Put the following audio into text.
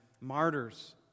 martyrs